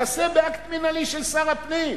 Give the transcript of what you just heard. תעשה, באקט מינהלי של שר הפנים.